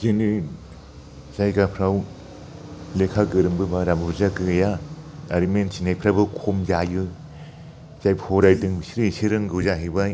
जोंनि जायगाफ्राव लेखा गोरोंबो बारा बुरजा गैया आरो मिथिनायफ्राबो खम जायो जाय फरायदों बिसो एसे रोंगौ जाहैबाय